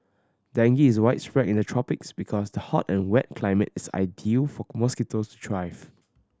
dengue is widespread in the tropics because the hot and wet climate is ideal for mosquitoes to thrive